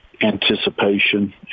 anticipation